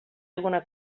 alguna